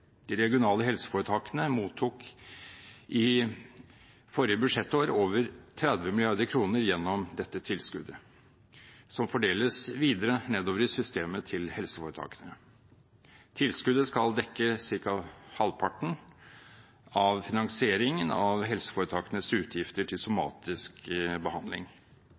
De regionale helseforetakene mottok i forrige budsjettår over 30 mrd. kr gjennom dette tilskuddet, som fordeles videre nedover i systemet til helseforetakene. Tilskuddet skal dekke ca. halvparten av finansieringen av helseforetakenes utgifter til somatisk behandling.